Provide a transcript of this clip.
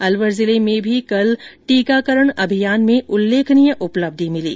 अलवर जिले में भी कल टीकाकरण अभियान में उल्लेखनीय उपलब्धी मिली